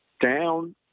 down